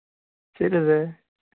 చేయలేదు